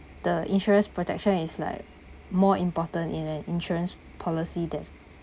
the insurance protection is like more important in an insurance policy than